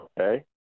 okay